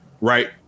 right